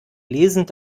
lesend